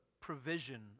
provision